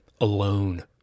alone